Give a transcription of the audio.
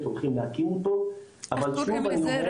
הולכים להקים אותו --- איך קוראים לזה?